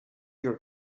your